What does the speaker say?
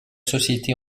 société